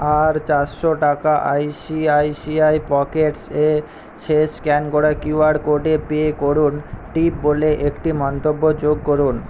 আর চারশো টাকা I C I C I Pockets এ শেষ স্ক্যান করা কিউআর কোডে পে করুন টিপ বলে একটি মন্তব্য যোগ করুন